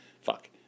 Fuck